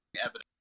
evidence